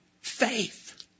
faith